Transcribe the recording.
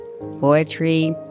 poetry